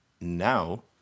now